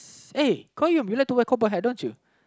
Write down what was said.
uh Colum you like to wear cobber hat don't you